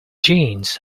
jeans